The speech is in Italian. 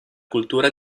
cultura